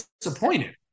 disappointed